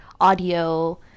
audio